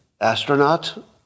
Astronaut